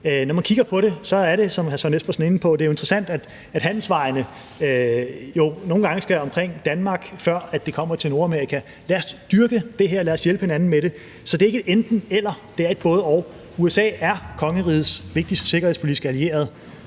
Når man kigger på det, er det, som hr. Søren Espersen var inde på, interessant, at handelsvejene jo nogle gange skal omkring Danmark, før de kommer til Nordamerika. Lad os styrke det her, lad os hjælpe hinanden med det. Så det er ikke et enten-eller; det er et både-og. USA er kongerigets vigtigste sikkerhedspolitiske allierede